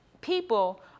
people